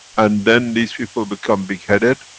and then these people become big headed,